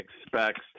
expects